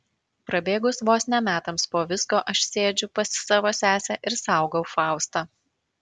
prabėgus vos ne metams po visko aš sėdžiu pas savo sesę ir saugau faustą